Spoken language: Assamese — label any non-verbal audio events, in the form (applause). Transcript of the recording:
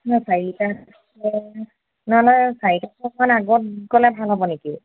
(unintelligible) চাৰিটা (unintelligible) নহ'লে চাৰিটাকৈ অকণমান আগত গ'লে ভাল হ'ব নেকি